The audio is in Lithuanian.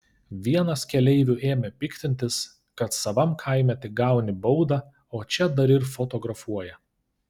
vienas keleivių ėmė piktintis kad savam kaime tik gauni baudą o čia dar ir fotografuoja